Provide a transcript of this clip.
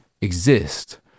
exist